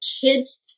kids